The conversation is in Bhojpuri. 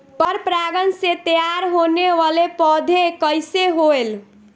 पर परागण से तेयार होने वले पौधे कइसे होएल?